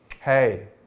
hey